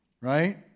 right